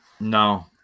No